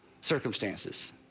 circumstances